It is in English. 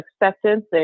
acceptance